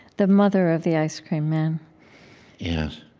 the mother of the ice-cream man yes.